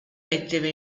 metteva